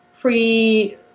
pre